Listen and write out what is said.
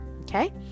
okay